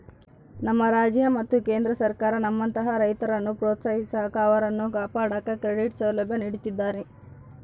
ನಮ್ಮ ರಾಜ್ಯ ಮತ್ತು ಕೇಂದ್ರ ಸರ್ಕಾರ ನಮ್ಮಂತಹ ರೈತರನ್ನು ಪ್ರೋತ್ಸಾಹಿಸಾಕ ಅವರನ್ನು ಕಾಪಾಡಾಕ ಕ್ರೆಡಿಟ್ ಸೌಲಭ್ಯ ನೀಡುತ್ತಿದ್ದಾರೆ